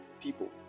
people